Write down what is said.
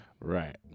Right